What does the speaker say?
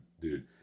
dude